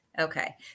Okay